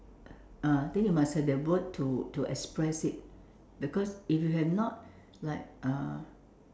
uh I think you must have that word to express it because if you have not like uh